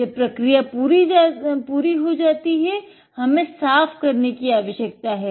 जब प्रक्रिया पूरी हो जाति है हमे साफ़ करने की आवशयकता है